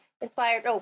inspired